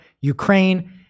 Ukraine